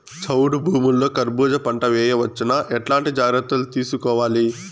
చౌడు భూముల్లో కర్బూజ పంట వేయవచ్చు నా? ఎట్లాంటి జాగ్రత్తలు తీసుకోవాలి?